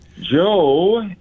Joe